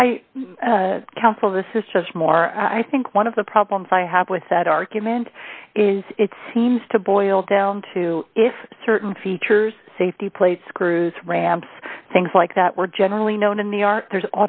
i counsel this is just more i think one of the problems i have with that argument is it seems to boil down to if certain features safety plates screws ramps things like that were generally known in the art there's